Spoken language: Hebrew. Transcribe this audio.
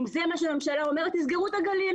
אם זה מה שהממשלה אומרת אז תסגרו את הגליל.